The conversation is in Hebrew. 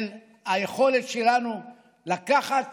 על היכולת שלנו לקחת